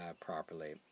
properly